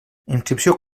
inscripció